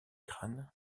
crâne